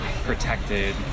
protected